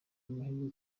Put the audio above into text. amahirwe